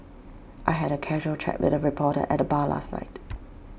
I had A casual chat with A reporter at the bar last night